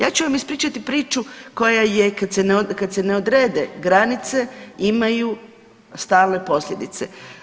Ja ću vam ispričati priču koja je kad se, kad se ne odrede granice imaju stalne posljedice.